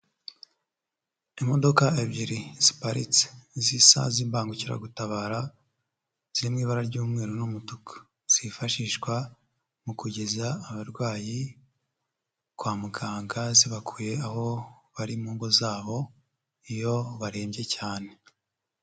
Imodoka ebyiri ziparitse zisa z'imbangukiragutabara ziri mu ibara ry'umweru n'umutuku, zifashishwa mu kugeza abarwayi kwa muganga zibakuye aho bari mu ngo zabo, iyo barembye cyane.